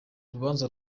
urubanza